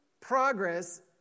progress